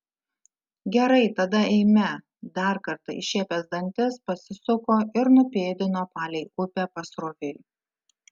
gerai tada eime dar kartą iššiepęs dantis pasisuko ir nupėdino palei upę pasroviui